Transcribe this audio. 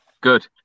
good